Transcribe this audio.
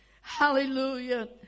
Hallelujah